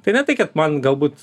tai ne tai kad man galbūt